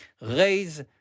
raise